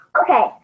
Okay